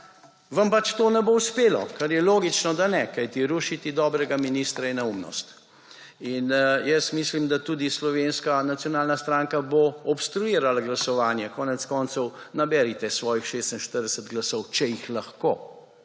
vam pač to ne bo uspelo, kar je logično, da ne, kajti rušiti dobrega ministra je neumnost Mislim, da tudi Slovenska nacionalna stranka bo obstruirala glasovanje. Konec koncev, naberite svojih 46 glasov, če jih lahko,